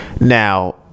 Now